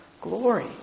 glory